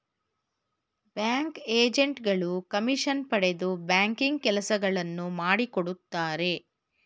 bank agent ಗಳು commission ಪಡೆದು banking ಕೆಲಸಗಳನ್ನು ಮಾಡಿಕೊಡುತ್ತಾರೆ